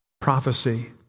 prophecy